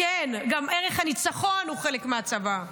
גם ערך הניצחון הוא חלק מהצבא,